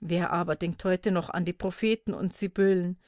wer aber denkt heute noch an die propheten und sibyllen